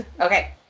Okay